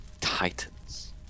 titans